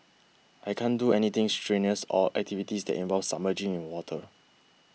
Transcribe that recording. I can't do anything strenuous or activities that involve submerging in water